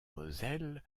moselle